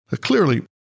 Clearly